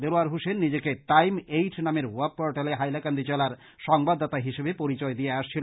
দিলওয়ার হোসেন নিজেকে Time Eight নামের web পোর্টালে হাইলাকান্দি জেলার সংবাদদাতা হিসেবে পরিচয় দিয়ে আসছিল